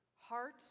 Heart